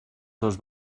dos